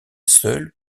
seuls